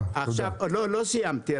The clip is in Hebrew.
עוד לא סיימתי.